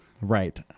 right